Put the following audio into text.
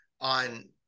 on